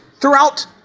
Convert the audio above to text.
throughout